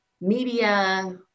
media